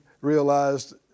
realized